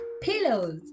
pillows